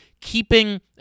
Keeping